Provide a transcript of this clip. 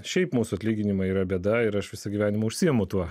šiaip mūsų atlyginimai yra bėda ir aš visą gyvenimą užsiimu tuo